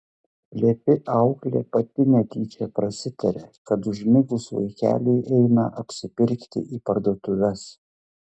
plepi auklė pati netyčia prasitarė kad užmigus vaikeliui eina apsipirkti į parduotuves